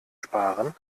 sparen